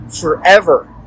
forever